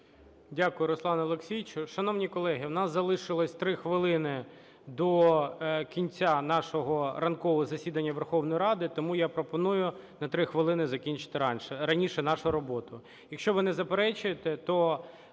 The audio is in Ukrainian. Дякую, Руслане Олексійовичу. Шановні колеги, у нас залишилося три хвилини до кінця нашого ранкового засідання Верховної Ради, тому я пропоную на три хвилини закінчити раніше нашу роботу.